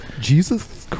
Jesus